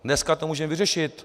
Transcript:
Dneska to můžeme vyřešit.